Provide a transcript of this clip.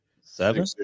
seven